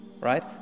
Right